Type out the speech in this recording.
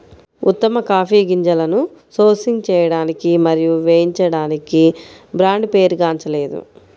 ఉత్తమ కాఫీ గింజలను సోర్సింగ్ చేయడానికి మరియు వేయించడానికి బ్రాండ్ పేరుగాంచలేదు